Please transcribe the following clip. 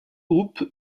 groupe